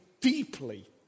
deeply